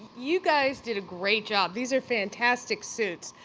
you guys did a great job, these are fantastic suits.